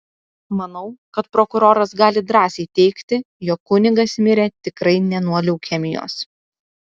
manau kad prokuroras gali drąsiai teigti jog kunigas mirė tikrai ne nuo leukemijos